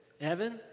Evan